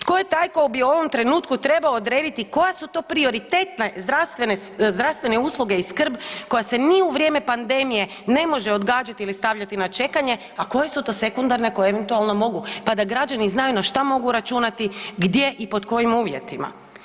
Tko je taj tko bi u ovom trenutku trebao odrediti koja su to prioritetna zdravstvene usluge i skrb koja se ni u vrijeme pandemije ne može odgađati ili stavljati na čekanje, a koje su to sekundarne, koje eventualno mogu pa da građani znaju na što mogu računati, gdje i pod kojim uvjetima?